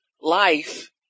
life